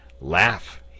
Laugh